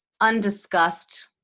undiscussed